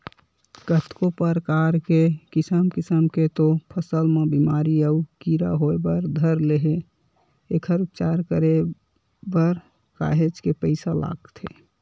कतको परकार के किसम किसम के तो फसल म बेमारी अउ कीरा होय बर धर ले एखर उपचार करे बर काहेच के पइसा लगथे